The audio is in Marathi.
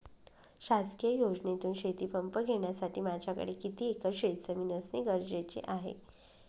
शासकीय योजनेतून शेतीपंप घेण्यासाठी माझ्याकडे किती एकर शेतजमीन असणे गरजेचे आहे?